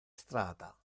strata